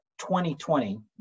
2020